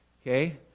okay